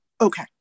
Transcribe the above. Okay